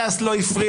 ש"ס לא הפריעה,